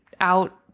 out